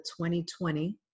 2020